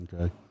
okay